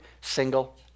single